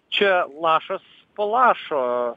čia lašas po lašo